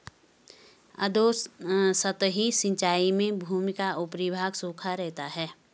अधोसतही सिंचाई में भूमि का ऊपरी भाग सूखा रहता है